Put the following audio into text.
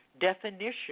definition